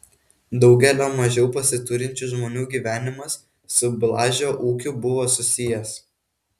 daugelio mažiau pasiturinčių žmonių gyvenimas su blažio ūkiu buvo susijęs